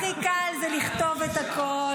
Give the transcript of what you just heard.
הכי קל זה לכתוב את הכול.